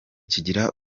kigira